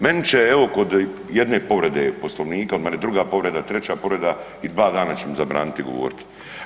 Meni će evo, kod jedne povrede Poslovnika, meni druga povreda, treća povreda i 2 dana će mi zabraniti govoriti.